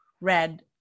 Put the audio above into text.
red